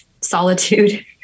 solitude